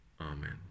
Amen